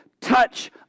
touch